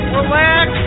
relax